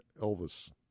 Elvis